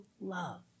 love